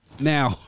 Now